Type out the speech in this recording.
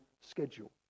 schedule